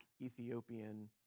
Ethiopian